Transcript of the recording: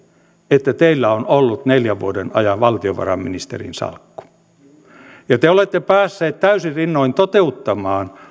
että teillä on ollut neljän vuoden ajan valtiovarainministerin salkku ja te olette päässeet täysin rinnoin toteuttamaan